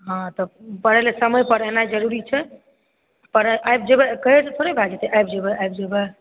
हँ तऽ पढ़ै लए समय पर एनाइ जरुरी छै आबि जेबै कहै से थोड़े भए जाएत आबि जेबै आबि जेबै